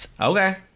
okay